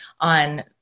on